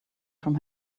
from